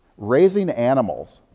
raising animals,